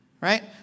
Right